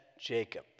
Jacob